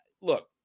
look